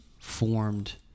formed